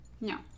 No